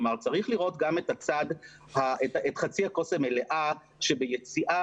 צריך לראות גם את חצי הכוס המלאה שביציאה